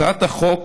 הצעת החוק